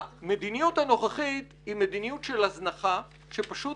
המדיניות הנוכחית היא מדיניות של הזנחה שפשוט